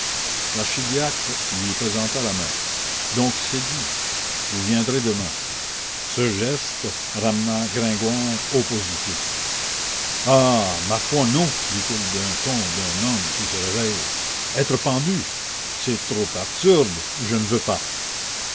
l'archidiacre lui présenta la main donc c'est dit vous viendrez demain ce geste ramena gringoire au positif ah ma foi non dit-il du ton d'un homme qui se réveille être pendu c'est trop absurde je ne veux pas